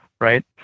Right